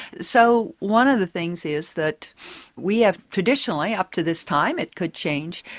so, one of the things is that we have, traditionally, up to this time, it could change,